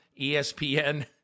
ESPN